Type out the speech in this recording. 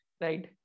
right